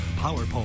PowerPole